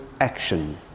action